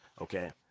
okay